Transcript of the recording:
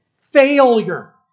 failure